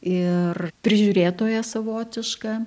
ir prižiūrėtoja savotiška